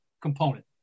component